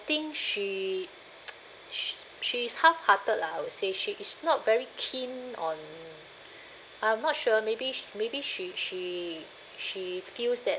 think she she she is half-hearted lah I would say she is not very keen on I'm not sure maybe she maybe she she she feels that